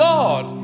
God